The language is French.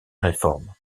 réformes